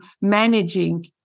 managing